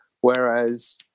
Whereas